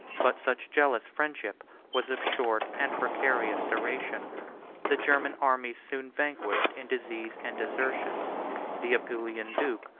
but such jealous friendship was of short and precarious duration the german armies soon vanished in disease and desertion the apulian duke,